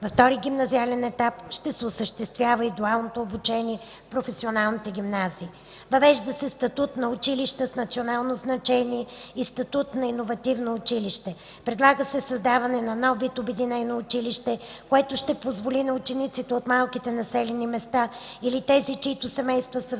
Във втория гимназиален етап ще се осъществява и дуалното обучение в професионалните гимназии. Въвежда се статут на училища с национално значение и статут на иновативно училище. Предлага се създаването и на нов вид обединено училище, което ще позволи на учениците от малки населени места или тези, чиито семейства са в затруднено